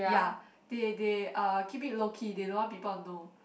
ya they they uh keep it low key they don't want people to know